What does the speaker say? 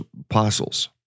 apostles